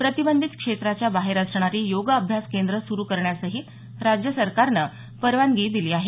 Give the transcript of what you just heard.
प्रतिबंधित क्षेत्राच्या बाहेर असणारी योग अभ्यास केंद्र सुरु करण्यासही राज्य सरकारनं परवानगी दिली आहे